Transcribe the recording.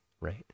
right